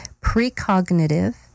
precognitive